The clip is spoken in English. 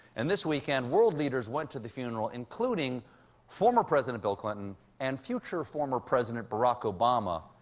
and this weekend, world leaders went to the funeral, including former president bill clinton and future former president barack obama.